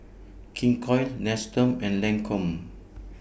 King Koil Nestum and Lancome